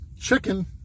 Chicken